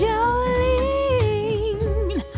Jolene